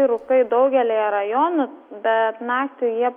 rūkai daugelyje rajonų bet naktį jie